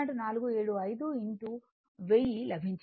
475 1000 లభించింది